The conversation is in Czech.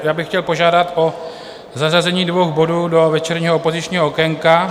Já bych chtěl požádat o zařazení dvou bodů do večerního opozičního okénka.